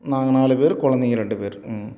நாங்கள் நாலு பேர் கொழந்தைங்க ரெண்டு பேர் ம்